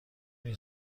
این